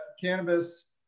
cannabis